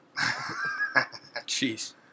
Jeez